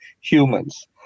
humans